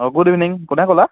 অঁ good evening কোনে ক'লা